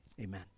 amen